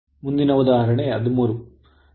ಮುಂದಿನ ಉದಾಹರಣೆ 13